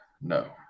No